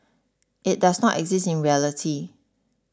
it does not exist in reality